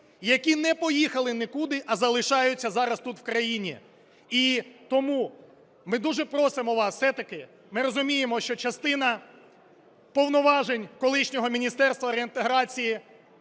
які не поїхали нікуди, а залишаються зараз тут в країні. І тому ми дуже просимо вас все-таки, ми розуміємо, що частина повноважень колишнього Міністерства реінтеграції